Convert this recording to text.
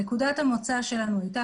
נקודת המוצא שלנו הייתה,